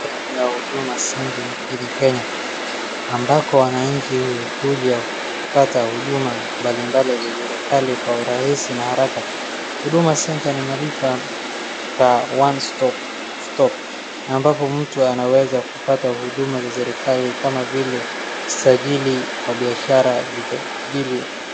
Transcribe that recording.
Sehemu ya Huduma Center nchini Kenya ambako wananchi huja kupata huduma mbalimbali za serikali kwa urahisi na haraka. Huduma center ni malipa pa one - stop - stop ambapo mtu anaweza kupata huduma za serikali kama vile sajili kwa biashara, vile.